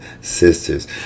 sisters